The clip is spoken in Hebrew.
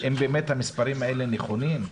אם באמת המספרים האלה נכונים,